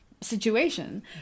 situation